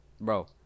bro